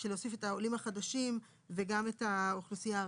שנוסיף את העולים החדשים וגם את האוכלוסייה הערבית.